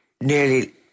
nearly